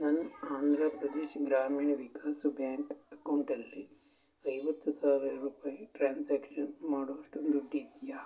ನನ್ನ ಆಂಧ್ರಪ್ರದೇಶ್ ಗ್ರಾಮೀಣ ವಿಕಾಸ ಬ್ಯಾಂಕ್ ಅಕೌಂಟಲ್ಲಿ ಐವತ್ತು ಸಾವಿರ ರೂಪಾಯಿ ಟ್ರಾನ್ಸ್ಯಾಕ್ಷನ್ ಮಾಡೋಷ್ಟು ದುಡ್ಡಿದೆಯಾ